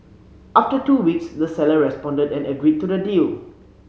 after two weeks the seller responded and agreed to the deal